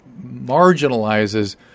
marginalizes